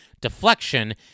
deflection